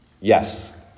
Yes